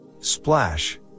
splash